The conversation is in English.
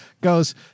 goes